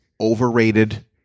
Overrated